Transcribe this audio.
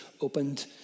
opened